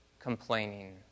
complaining